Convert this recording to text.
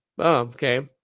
okay